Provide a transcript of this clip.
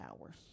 hours